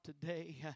today